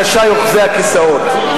אנשי אוחזי הכיסאות,